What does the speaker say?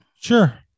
Sure